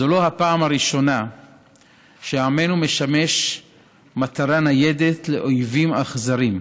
זו לא הפעם הראשונה שעמנו משמש מטרה ניידת לאויבים אכזריים,